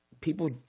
people